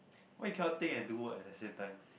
why you cannot think and do work at the same time